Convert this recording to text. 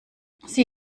sie